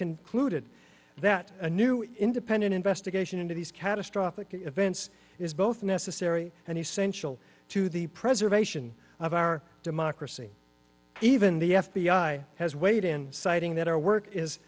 concluded that a new independent investigation into these catastrophic events is both necessary and essential to the preservation of our democracy even the f b i has weighed in citing that our work is